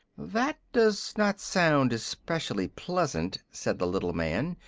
that does not sound especially pleasant, said the little man,